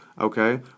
okay